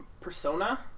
persona